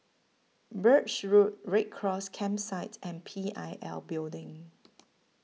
Birch Road Red Cross Campsite and P I L Building